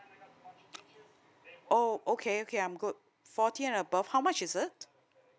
oh okay okay I'm good forty and above how much is it